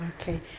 Okay